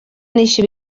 néixer